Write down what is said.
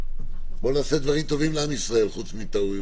בוא נעשה דברים טובים לעם ישראל, חוץ מטעויות.